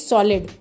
Solid